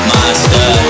Monster